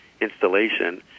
installation